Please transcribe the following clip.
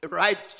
right